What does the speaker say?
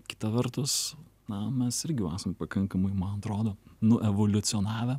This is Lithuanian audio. kita vertus na mes irgi jau esam pakankamai man atrodo nuevoliucionavę